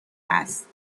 است